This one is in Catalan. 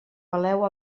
peleu